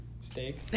Steak